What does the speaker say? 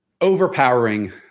overpowering